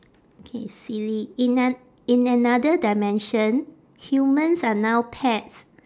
okay silly in an~ in another dimension humans are now pets